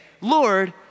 Lord